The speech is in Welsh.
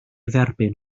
dderbyn